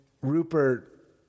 Rupert